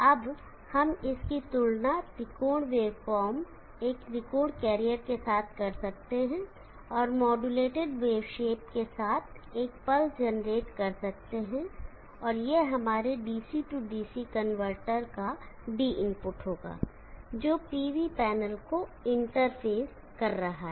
अब हम इसकी तुलना त्रिकोण वेवफार्म से एक त्रिकोण कैरियर के साथ कर सकते हैं और मोडयूलेटेड वेव शेप के साथ एक पल्स जनरेट कर सकते हैं यह हमारे DC DC कनवर्टर का d इनपुट होगा जो PV पैनल को इंटरफेस कर रहा है